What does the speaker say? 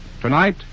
tonight